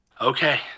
Okay